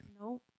No